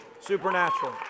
Supernatural